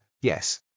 yes